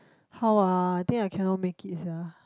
how ah I think I cannot make it sia